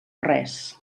res